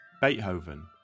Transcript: Beethoven